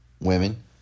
Women